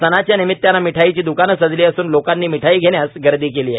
सणाच्या निमितानं मिठाईची द्रकानं सजली असून लोकांनी मिठाई घेण्यास गर्दी केली आहे